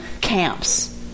camps